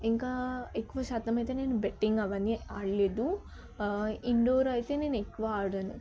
ఇంకా ఎక్కువ శాతం అయితే నేను బెట్టింగ్ అవన్నీ ఆడలేదు ఇండోర్ అయితే నేను ఎక్కువ ఆడను